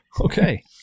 Okay